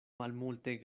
malmulte